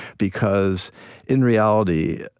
because in reality,